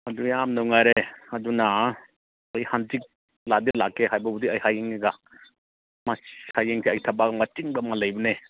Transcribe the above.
ꯑꯗꯨ ꯌꯥꯝ ꯅꯨꯡꯉꯥꯏꯔꯦ ꯑꯗꯨꯅ ꯑꯩ ꯍꯥꯡꯆꯤꯠ ꯂꯥꯛꯇꯤ ꯂꯥꯛꯀꯦ ꯍꯥꯏꯕꯕꯨꯗꯤ ꯑꯩ ꯍꯌꯦꯡꯅꯤꯗ ꯍꯌꯦꯡꯁꯦ ꯑꯩ ꯊꯕꯛ ꯑꯃ ꯑꯆꯤꯟꯕ ꯑꯃ ꯂꯩꯕꯅꯦ